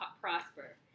prosper